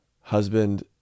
husband